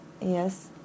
Yes